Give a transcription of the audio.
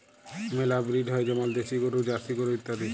মেলা ব্রিড হ্যয় যেমল দেশি গরু, জার্সি ইত্যাদি